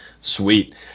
Sweet